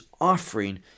offering